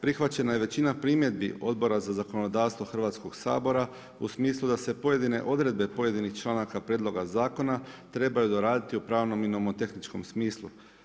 Prihvaćena je većina primjedbi Odbora za zakonodavstvo Hrvatskog sabora u smislu da se pojedine odredbe pojedinih članaka prijedloga zakona trebaju doraditi u pravnom i nomotehničkom smislu.